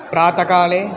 प्रातःकाले